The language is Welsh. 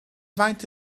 faint